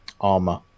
armor